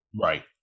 Right